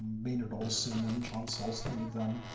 maynard olson and john sulston had done,